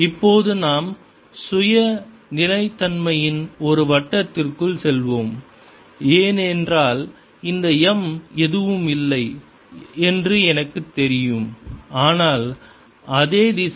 இப்போது நாம் சுய நிலைத்தன்மையின் ஒரு வட்டத்திற்குள் செல்வோம் ஏனென்றால் இந்த M எதுவும் இல்லை என்று எனக்குத் தெரியும் ஆனால் அது அதே திசை